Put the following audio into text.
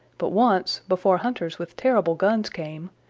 but once, before hunters with terrible guns came,